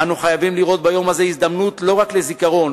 אנו חייבים לראות ביום הזה הזדמנות לא רק לזיכרון